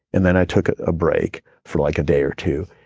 and then i took a break for like a day or two,